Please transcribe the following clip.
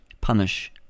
punish